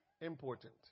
important